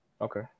okay